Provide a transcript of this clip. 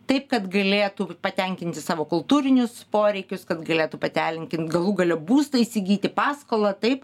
taip kad galėtų patenkinti savo kultūrinius poreikius kad galėtų patenkint galų gale būstą įsigyti paskolą taip